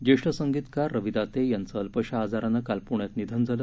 ज्येष्ठ संगीतकार रवी दाते यांचं अल्पशा आजाराने काल पूण्यात निधन झालं